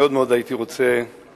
מאוד מאוד הייתי רוצה לבקר,